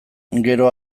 gero